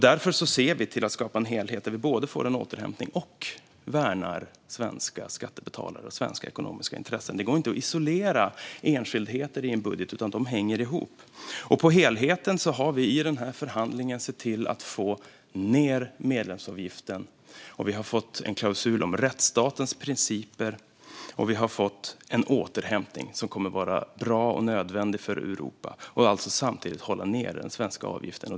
Därför ser vi till att skapa en helhet där vi både får en återhämtning och värnar svenska skattebetalare och svenska ekonomiska intressen. Det går inte att isolera enskildheter i en budget, utan de hänger ihop. När det gäller helheten har vi i denna förhandling sett till att få ned medlemsavgiften, vi har fått en klausul om rättsstatens principer och vi har fått en återhämtning som kommer att vara bra och nödvändig för Europa. Vi har alltså samtidigt sett till att hålla ned den svenska avgiften.